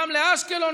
גם לאשקלון,